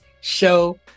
show